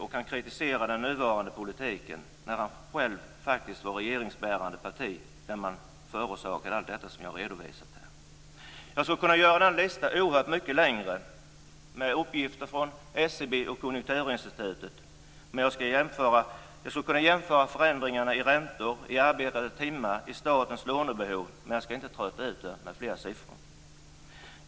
Han kritiserar den nuvarande politiken trots att han själv faktiskt ingick i ett regeringsbärande parti under den tid då man förorsakade allt det som jag här har redovisat. Jag skulle kunna göra listan oerhört mycket längre med uppgifter från SCB och Konjunkturinstitutet. Jag skulle också kunna jämföra förändringarna i räntor, i arbetade timmar och i statens lånebehov men jag skall inte trötta ut er med fler siffror.